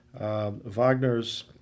Wagner's